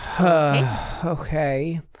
Okay